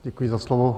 Děkuji za slovo.